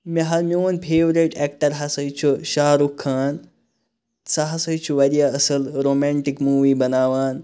مےٚ حَظ میون فیورِٹ ایٚکٹَر ہَسا چھُ شارُخ خان سُہ ہَسا چھُ واریاہ اصٕل رومیٚنٹِک موٗوی بَناوان